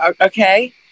Okay